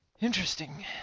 Interesting